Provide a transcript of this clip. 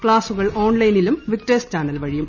ക്സാസുകൾ ഓൺലൈനിലും Victers channel വഴിയും